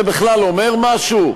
זה בכלל אומר משהו?